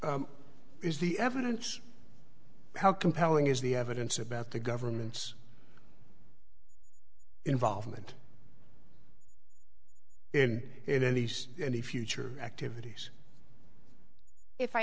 is the evidence how compelling is the evidence about the government's involvement in it in these any future activities if i